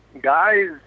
guys